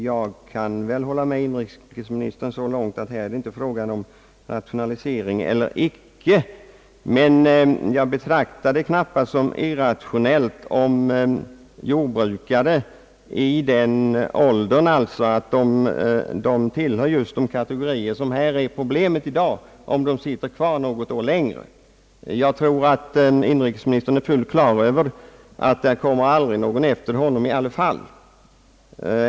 Jag kan väl hålla med inrikesministern så långt att det här får inte bli fråga om rationalisering eller icke rationalisering, men jag betraktar det knappast som irrationellt om jordbrukare, som är i den åldern att de tillhör de kategorier som är vårt problem här i dag, sitter kvar på sina jordbruk något år längre. Jag tror att inrikesministern är fullt på det klara med att det i alla fall aldrig kommer någon annan efter en sådan jordbrukare.